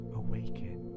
awaken